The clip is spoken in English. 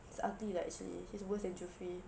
he's ugly lah actually he's worse than jufri